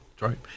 right